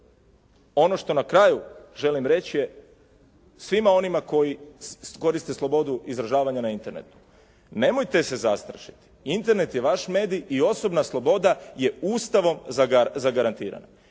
ono što na kraju želim reći je svima onima koji koriste slobodu izražavanja na Internetu, nemojte se zastrašiti, Internet je vaš medij i osobna sloboda je Ustavom zagarantirana.